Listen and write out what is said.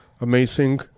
Amazing